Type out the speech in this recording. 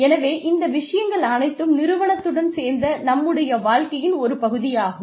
எனவே இந்த விஷயங்கள் அனைத்தும் நிறுவனத்துடன் சேர்ந்த நம்முடைய வாழ்க்கையின் ஒரு பகுதியாகும்